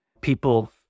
people